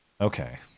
Okay